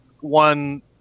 one